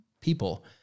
people